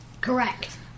Correct